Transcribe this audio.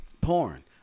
Porn